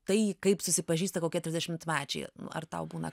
tai kaip susipažįsta kokia trisdešimtmečiai ar tau būna